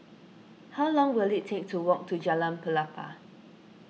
how long will it take to walk to Jalan Pelepah